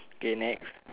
okay next